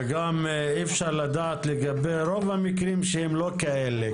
וגם אי אפשר לדעת לגב רוב המקרים שהם לא כאלה,